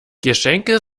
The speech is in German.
geschenke